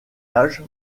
âge